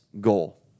goal